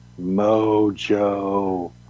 Mojo